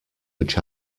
which